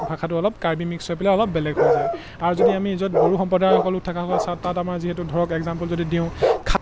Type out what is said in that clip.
ভাষাটো অলপ কাৰ্বি মিক্স হৈ পেলাই অলপ বেলেগ হৈ যায় আৰু যদি আমি য'ত বড়ো সম্প্ৰদায়সকল লোক থকাসকল চাওঁ তাত আমাৰ যিহেতু ধৰক এক্সাম্পল যদি দিওঁ খাত